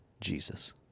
Jesus